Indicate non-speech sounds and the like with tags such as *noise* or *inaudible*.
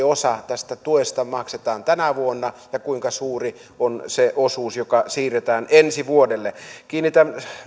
*unintelligible* osa tästä tuesta maksetaan tänä vuonna ja kuinka suuri on se osuus joka siirretään ensi vuodelle kiinnitän